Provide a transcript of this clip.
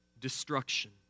destruction